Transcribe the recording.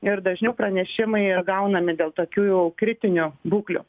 ir dažniau pranešimai ir gaunami dėl tokių jau kritinių būklių